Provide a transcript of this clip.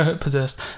possessed